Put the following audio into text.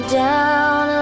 down